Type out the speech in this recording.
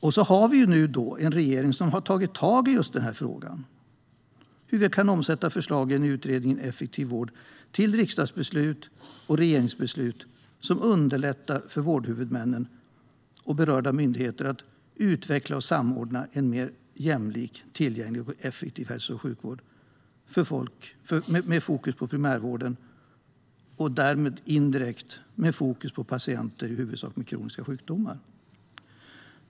Vi har nu en regering som har tagit tag i just denna fråga, det vill säga hur vi kan omsätta förslagen i utredningen Effektiv vård till riksdagsbeslut och regeringsbeslut som underlättar för vårdhuvudmännen och berörda myndigheter att utveckla och samordna en mer jämlik, tillgänglig och effektiv hälso och sjukvård med fokus på primärvården och därmed indirekt med fokus på i huvudsak patienter med kroniska sjukdomar.